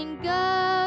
Go